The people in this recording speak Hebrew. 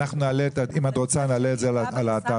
ואם את רוצה נעלה את זה לאתר.